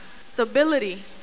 Stability